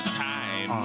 time